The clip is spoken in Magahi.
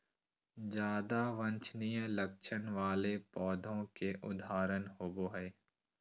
ज्यादा वांछनीय लक्षण वाले पौधों के उदाहरण होबो हइ